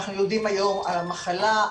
אנחנו יודעים היום על המחלה,